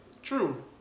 True